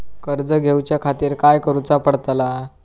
कर्ज घेऊच्या खातीर काय करुचा पडतला?